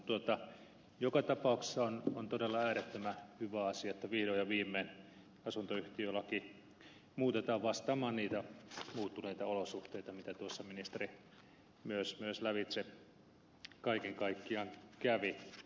mutta joka tapauksessa on todella äärettömän hyvä asia että vihdoin ja viimein asuntoyhtiölaki muutetaan vastaamaan niitä muuttuneita olosuhteita mitä tuossa ministeri myös lävitse kaiken kaikkiaan kävi